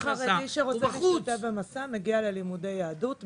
אדם חרדי שרוצה להשתתף בתכנית 'מסע' מגיע ללימודי יהדות,